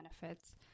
benefits